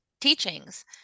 teachings